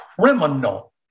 criminal